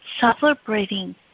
celebrating